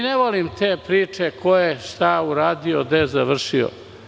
I ne volim te priče ko je šta uradio, gde je završio.